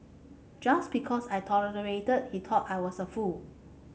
just because I tolerated he thought I was a fool